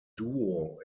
duo